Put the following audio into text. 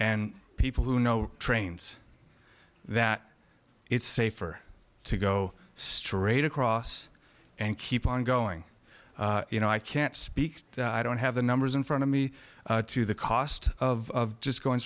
and people who know trains that it's safer to go straight across and keep on going you know i can't speak i don't have the numbers in front of me to the cost of just going